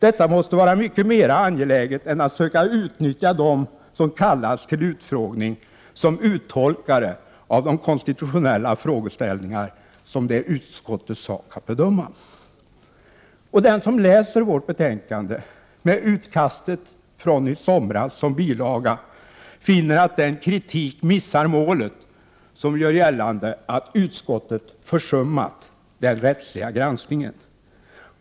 Detta måste vara mycket mera angeläget än att söka utnyttja dem som kallats till utfrågning som uttolkare av de konstitutionella frågeställningar som det är utskottets sak att bedöma. Den som läser vårt betänkande, med utkastet från i somras som bilaga, finner att den kritik missar målet som gör gällande att utskottet försummat den rättsliga granskningen.